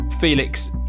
Felix